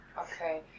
Okay